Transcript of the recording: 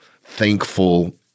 thankful